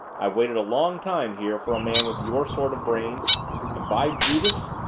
i've waited a long time here for a man with your sort of brains and, by judas,